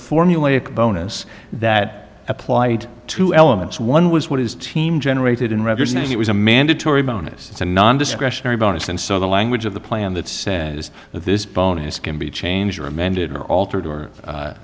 formulaic bonus that applied to elements one was what his team generated in records and it was a mandatory bonus it's a non discretionary bonus and so the language of the plan that is this bonus can be changed or amended or altered or